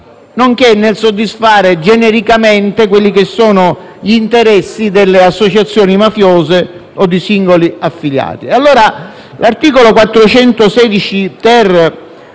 nonché nel soddisfare genericamente gli interessi delle associazioni mafiose o di singoli affiliati. L'articolo 416-*ter*,